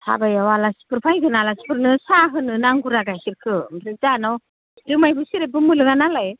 हाबायाव आलासिफोर फायगोन आलासिफोरनो साहा होनो नांगौरा गाइखेरखो ओमफ्राय जाहानाव जुमाइबो सेरेबबो मोनलोङा नालाय